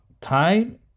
time